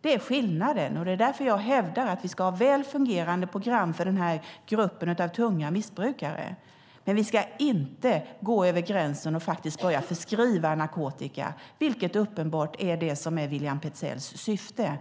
Det är skillnaden. Det är därför jag hävdar att vi ska ha väl fungerande program för denna grupp av tunga missbrukare, men vi ska inte gå över gränsen och börja förskriva narkotika, vilket uppenbarligen är William Petzälls syfte.